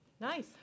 Nice